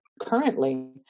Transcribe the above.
Currently